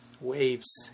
waves